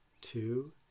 two